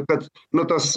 kad na tas